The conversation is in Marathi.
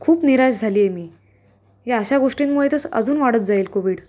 खूप निराश झाली आहे मी ह्या अशा गोष्टींमुळे तर स अजून वाढत जाईल कोविड